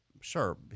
sure